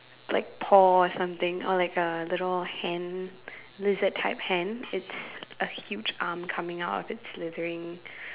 like paw or something or like a little hand lizard type hand it's a huge arm coming out of its slithering